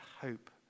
hope